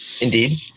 Indeed